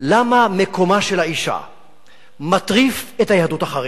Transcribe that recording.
למה מקומה של האשה מטריף את היהדות החרדית?